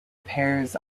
pairs